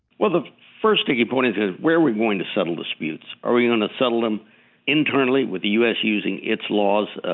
well, the first sticking point and is where are we going to settle disputes? are we going to settle them internally with the u s. using its laws, ah